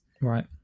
Right